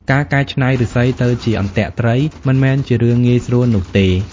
ការកែច្នៃឫស្សីទៅជាអន្ទាក់ត្រីមិនមែនជារឿងងាយស្រួលនោះទេ។